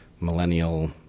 millennial